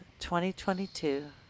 2022